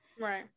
right